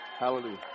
hallelujah